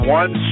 one